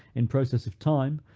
in process of time,